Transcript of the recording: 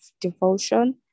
Devotion